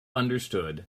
understood